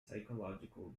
psychological